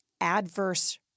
adverse